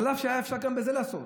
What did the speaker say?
אף שהיה אפשר גם בזה לעשות.